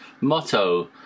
motto